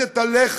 משתלטת עליך,